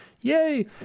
yay